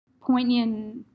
poignant